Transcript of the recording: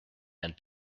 and